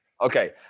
Okay